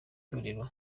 torero